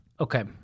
Okay